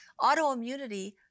autoimmunity